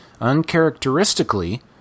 Uncharacteristically